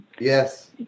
Yes